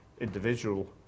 individual